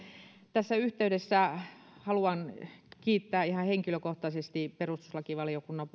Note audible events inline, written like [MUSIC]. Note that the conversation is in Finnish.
tässä yhteydessä haluan kiittää ihan henkilökohtaisesti perustuslakivaliokunnan [UNINTELLIGIBLE]